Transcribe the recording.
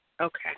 Okay